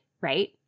right